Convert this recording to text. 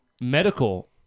medical